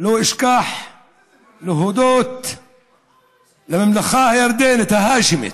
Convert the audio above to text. לא אשכח להודות לממלכה הירדנית, ההאשמית.